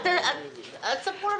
אל תספרו לנו סיפורים.